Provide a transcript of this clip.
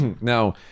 Now